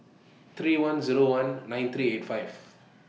three one Zero one nine three eight five